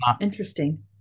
interesting